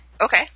Okay